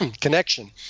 connection